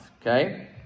Okay